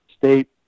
State